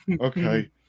okay